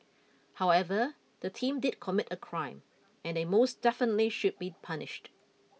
however the team did commit a crime and they most definitely should be punished